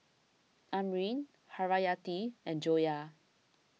Amrin Haryati and Joyah